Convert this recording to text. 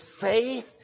faith